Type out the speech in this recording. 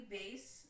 base